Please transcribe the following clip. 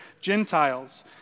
Gentiles